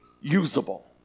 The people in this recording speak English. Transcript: usable